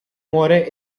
muore